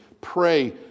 pray